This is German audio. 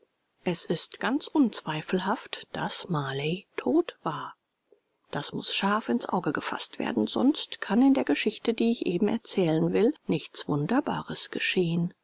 es ist ganz unzweifelhaft daß marley tot war das muß scharf ins auge gefaßt werden sonst kann in der geschichte die ich eben erzählen will nichts wunderbares geschehen